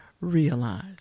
realize